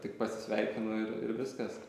tik pasisveikinu ir ir viskas